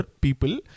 people